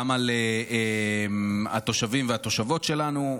גם על התושבים והתושבות שלנו.